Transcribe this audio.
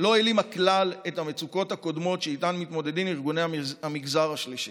לא העלימה כלל את המצוקות הקודמות שאיתן מתמודדים ארגוני המגזר השלישי.